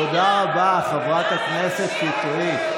תודה רבה, חברת הכנסת שטרית.